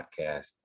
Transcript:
podcast